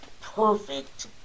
perfect